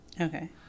Okay